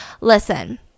listen